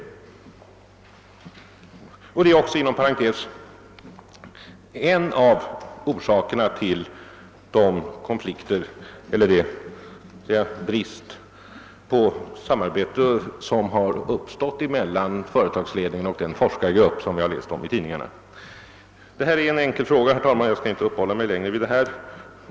Inom parentes sagt är denna forcering också en av orsakerna till den brist på samarbete som uppstått mellan företagsledningen och den forskargrupp som vi har läst om i tidningarna. Herr talman! Denna debatt gäller en enkel fråga, och jag skall därför inte orda längre om detta.